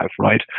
right